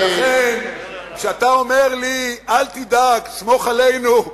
לכן, כשאתה אומר לי, אל תדאג, סמוך עלינו,